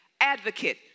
advocate